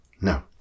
No